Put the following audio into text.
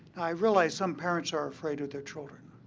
i realize some parents are afraid with their children.